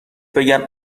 بگن